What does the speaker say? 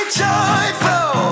joyful